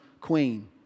queen